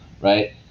right